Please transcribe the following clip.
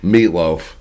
Meatloaf